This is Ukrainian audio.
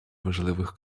важливих